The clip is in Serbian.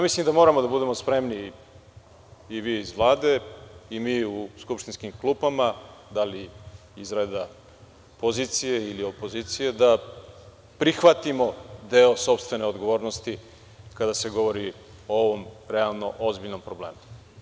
Mislim da moramo da budemo spremni, i vi iz Vlade, i mi u skupštinskim klupama, da li iz reda pozicije ili opozicije, da prihvatimo deo sopstvene odgovornosti kada se govori o ozbiljnom problemu.